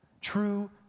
True